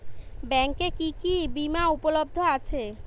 ব্যাংকে কি কি বিমা উপলব্ধ আছে?